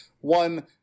one